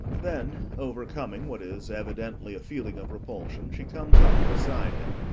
then, overcoming what is evidently a feeling of repulsion, she comes up beside him.